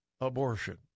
abortion